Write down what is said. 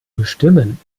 bestimmen